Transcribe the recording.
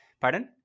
Pardon